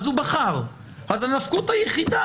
אז הוא בחר ואז הנפקות היחידה